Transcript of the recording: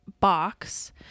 box